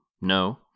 No